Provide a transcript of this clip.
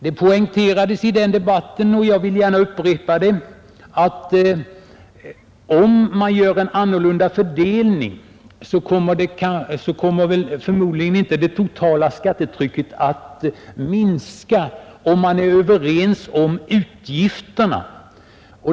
Det poängterades i den debatten — och jag vill görna upprepa det — att om det görs en annorlunda fördelning kommer förmodligen inte det totala skattetrycket att minska, därest man är överens om utgifterna.